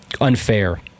unfair